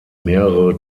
mehrere